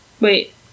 Wait